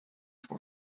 voor